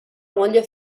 moglie